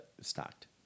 stocked